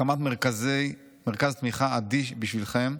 הקמת מרכז תמיכה 'עדי בשבילכם'